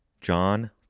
John